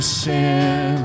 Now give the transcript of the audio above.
sin